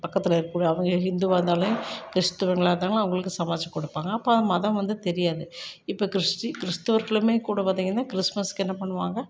பக்கத்தில் இருக்கக்கூடிய அவங்க ஹிந்துவாக இருந்தாலையும் கிறிஸ்துவர்களாக இருந்தாலும் அவங்களுக்கு சமைச்சி கொடுப்பாங்க அப்போ மதம் வந்து தெரியாது இப்போ கிறிஷ்டின் கிறிஸ்துவர்களுமே கூட பார்த்திங்கன்னா கிறிஸ்மஸ்க்கு என்ன பண்ணுவாங்க